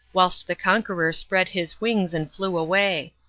whilst the conqueror spread his wings and flew away.